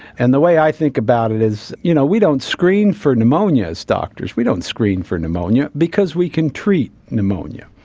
and the way i think about it is you know we don't screen for pneumonia as doctors, we don't screen for pneumonia because we can treat pneumonia.